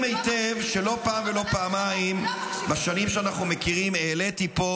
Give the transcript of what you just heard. היטב שלא פעם ולא פעמיים בשנים שאנחנו מכירים העליתי פה